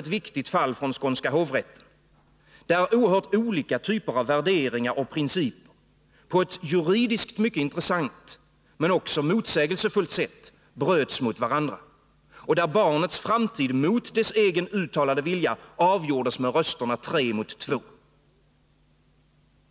ett viktigt fall från hovrätten för Skåne och Blekinge där oerhört olika värderingar och principer på ett juridiskt mycket intressant men också motsägelsefullt sätt bröts mot varandra och där barnets framtid mot dess egen uttalade vilja avgjordes med rösterna tre mot två.